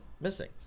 missing